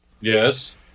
Yes